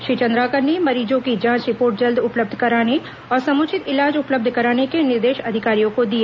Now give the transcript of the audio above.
श्री चंद्राकर ने मरीजों की जांच रिपोर्ट जल्द उपलब्ध कराने और समुचित इलाज उपलब्ध कराने के निर्देश अधिकारियों को दिए